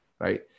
right